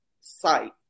sight